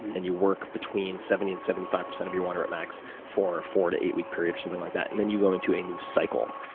and you work between seventy and seventy five percent of your one rep max for a four to eight week period or something like that. and then you go into a new cycle,